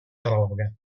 droga